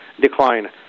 decline